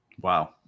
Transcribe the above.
Wow